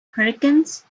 hurricanes